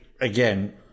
again